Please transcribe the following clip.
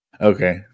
Okay